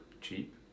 cheap